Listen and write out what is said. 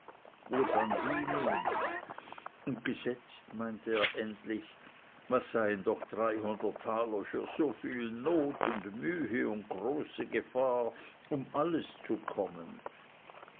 wo dann die nehmen und gesetzt meinte er endlich was seien doch dreihundert taler für so viel not und mühe und so große gefahr um alles zu kommen